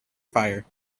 fire